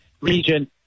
region